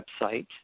website